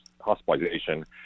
hospitalization